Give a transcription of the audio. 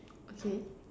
okay